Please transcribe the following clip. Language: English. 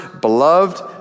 beloved